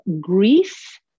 grief